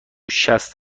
شصت